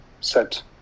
set